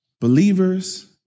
Believers